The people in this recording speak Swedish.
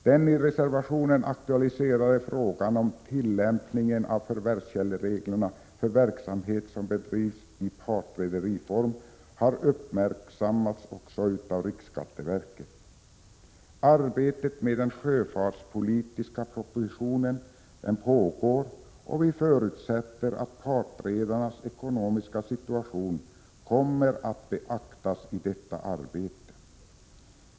Den i reservationen aktualiserade frågan om tillämpningen av förvärvskällereglerna för verksamhet som bedrivs i partrederiform har också uppmärksammats av riksskatteverket. Arbetet med den sjöfartspolitiska propositionen pågår, och utskottet förutsätter att partredarnas ekonomiska situation kommer att beaktas i detta arbete.